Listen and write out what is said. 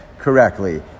Correctly